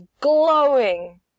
glowing